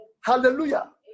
Hallelujah